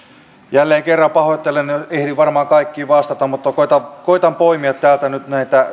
jälleen kerran pahoittelen en ehdi varmaan kaikkiin vastata mutta koetan poimia täältä nyt näitä mihinkä en